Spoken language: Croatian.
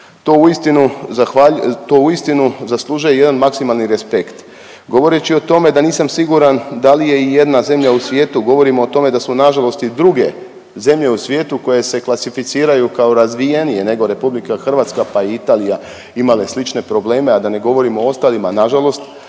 To uistinu zaslužuje jedan maksimalan respekt. Govoreći o tome da nisam siguran da li je ijedna zemlja u svijetu, govorimo o tome da su nažalost i druge zemlje u svijetu koje se klasificiraju kao razvijenije nego RH pa i Italija je imala slične probleme, a da ne govorimo o ostalima nažalost,